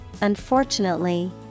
unfortunately